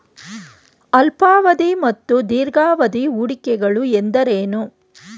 ಅಲ್ಪಾವಧಿ ಮತ್ತು ದೀರ್ಘಾವಧಿ ಹೂಡಿಕೆಗಳು ಎಂದರೇನು?